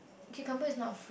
cucumbers is not